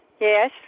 Yes